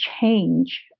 change